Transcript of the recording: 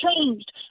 changed